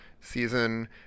season